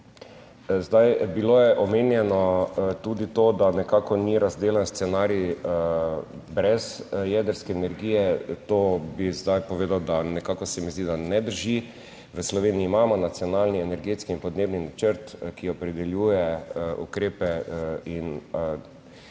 bodo. Bilo je omenjeno tudi to, da nekako ni razdelan scenarij. Brez jedrske energije. To bi zdaj povedal, da nekako se mi zdi, da ne drži. V Sloveniji imamo Nacionalni energetski in podnebni načrt, ki opredeljuje ukrepe in